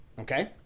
Okay